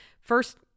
First